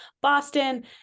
Boston